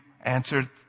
answered